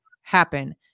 happen